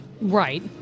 Right